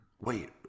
Wait